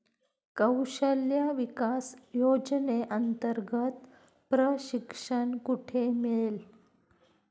कौशल्य विकास योजनेअंतर्गत प्रशिक्षण कुठे मिळेल?